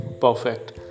perfect